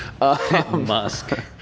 Musk